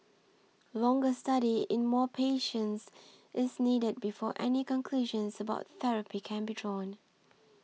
longer study in more patients is needed before any conclusions about therapy can be drawn